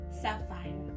Sapphire